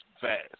fast